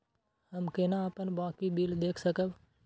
हम केना अपन बाँकी बिल देख सकब?